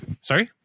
Sorry